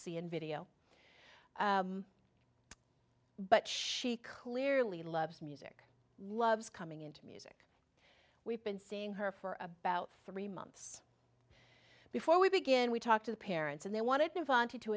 see in video but she clearly loves music loves coming into music we've been seeing her for about three months before we begin we talk to the parents and they wanted to volunteer to